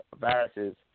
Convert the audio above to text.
viruses